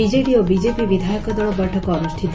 BJD ଓ BJP ବିଧାୟକ ଦଳ ବୈଠକ ଅନ୍ଷ୍ିତ